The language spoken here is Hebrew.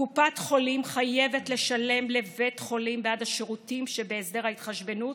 קופת חולים חייבת לשלם לבית חולים בעד השירותים שבהסדר ההתחשבנות,